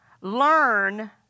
Learn